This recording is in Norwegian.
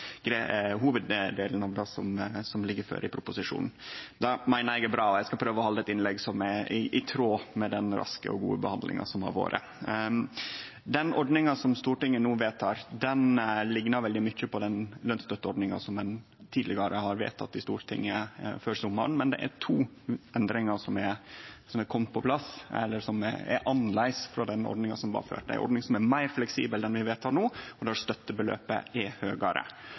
mykje av hovuddelen av det som ligg føre i proposisjonen. Det meiner eg er bra, og eg skal prøve å halde eit innlegg som er i tråd med den raske og gode behandlinga som har vore. Den ordninga som Stortinget no vedtek, liknar veldig mykje på den lønsstøtteordninga ein tidlegare har vedteke i Stortinget, før sommaren, men det er to ting som er annleis frå den ordninga som var før. Den ordninga vi vedtek no, er meir fleksibel, og støttebeløpet er høgare.